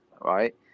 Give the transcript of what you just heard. Right